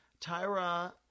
Tyra